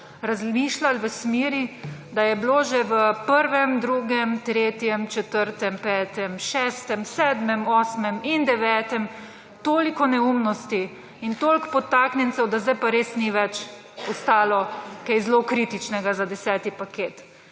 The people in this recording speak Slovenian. razmišljali v smeri, da je bilo že v prvem, drugem, tretjem, četrtem, petem, šestem, sedmem, osme, in devetem toliko neumnosti in toliko podtaknjencev, da zdaj pa res ni več ostalo kaj zelo kritičnega za deseti paket.